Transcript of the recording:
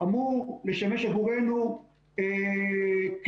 אמור לשמש עבורנו כלי,